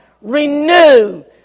Renew